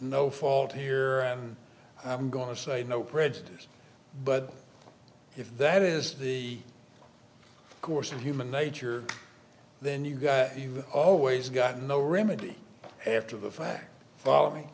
no fault here and i'm going to say no prejudice but if that is the course of human nature then you got you always got no remedy after the fact follow